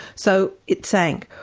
so it sank.